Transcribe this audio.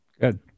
Good